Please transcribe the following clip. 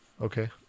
Okay